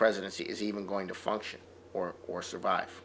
presidency is even going to function or or survive